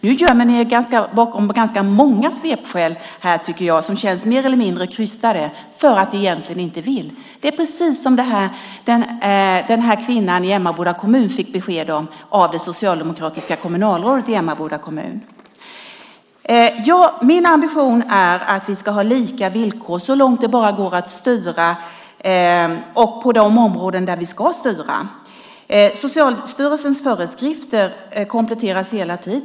Nu gömmer ni er bakom ganska många svepskäl, tycker jag, som känns mer eller mindre krystade för att ni egentligen inte vill. Det är precis som det besked som kvinnan i Emmaboda kommun fick av det socialdemokratiska kommunalrådet i Emmaboda kommun. Min ambition är att vi ska ha lika villkor så långt det bara går att styra och på de områden där vi ska styra. Socialstyrelsens föreskrifter kompletteras hela tiden.